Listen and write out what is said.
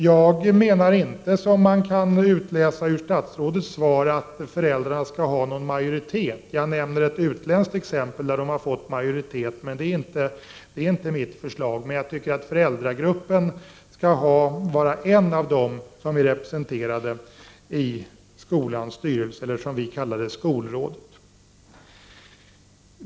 Jag menar inte, som man kan utläsa ur statsrådets svar, att föräldrarna skall ha någon majoritet. Jag nämner ett utländskt exempel där föräldrarna har fått majoritet, men det är inte mitt förslag. Däremot tycker jag att föräldragruppen skall vara en av de grupper som är representerade i skolans styrelse, eller som vi kallar det skolrådet.